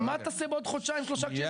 מה תעשה בעוד חודשיים-שלושה כשהם